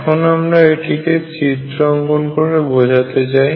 এখন আমরা এটিকে চিত্র অঙ্কন করে বোঝাতে চাই